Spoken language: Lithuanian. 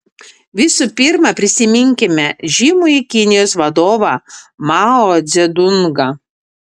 visų pirma prisiminkime žymųjį kinijos vadovą mao dzedungą